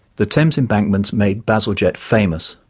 the thames embankments made bazalgette famous,